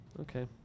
okay